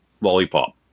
Lollipop